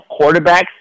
quarterbacks